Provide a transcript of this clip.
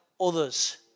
others